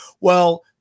well-